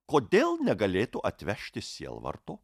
kodėl negalėtų atvežti sielvarto